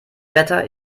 wetter